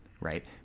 right